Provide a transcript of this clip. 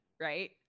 Right